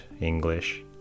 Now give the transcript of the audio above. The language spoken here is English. English